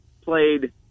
played